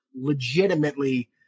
legitimately